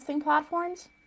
platforms